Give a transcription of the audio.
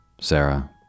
Sarah